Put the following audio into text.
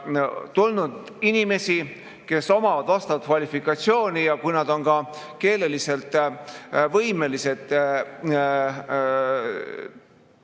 tulnud inimesi, kes omavad vastavat kvalifikatsiooni. Kui nad on ka keeleliselt võimelised